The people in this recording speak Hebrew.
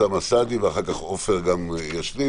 אוסאמה סעדי ואחר כך עופר גם ישלים.